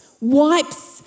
wipes